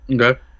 Okay